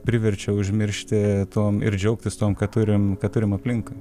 priverčia užmiršti tuom ir džiaugtis tuom ką turim ką turim aplink